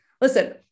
Listen